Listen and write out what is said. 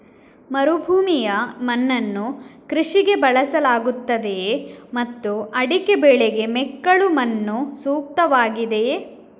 ಮರುಭೂಮಿಯ ಮಣ್ಣನ್ನು ಕೃಷಿಗೆ ಬಳಸಲಾಗುತ್ತದೆಯೇ ಮತ್ತು ಅಡಿಕೆ ಬೆಳೆಗೆ ಮೆಕ್ಕಲು ಮಣ್ಣು ಸೂಕ್ತವಾಗಿದೆಯೇ?